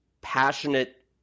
passionate